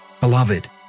Beloved